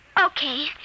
Okay